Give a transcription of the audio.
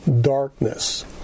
darkness